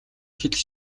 хэл